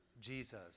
Jesus